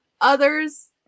Others